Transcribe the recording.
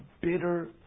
bitter